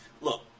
look